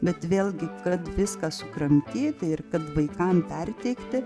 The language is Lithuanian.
bet vėlgi kad viską sukramtyti ir kad vaikam perteikti